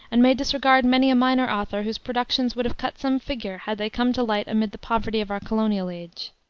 and may disregard many a minor author whose productions would have cut some figure had they come to light amid the poverty of our colonial age.